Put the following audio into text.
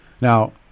Now